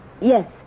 Yes